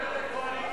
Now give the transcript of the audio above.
התשע"א 2010,